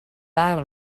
body